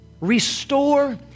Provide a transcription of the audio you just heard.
Restore